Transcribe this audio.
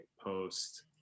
post